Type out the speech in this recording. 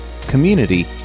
community